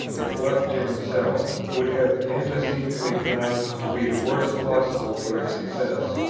if left to himself, would have antecedently pronounced to be the worst possible for its success,